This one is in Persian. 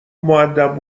مودب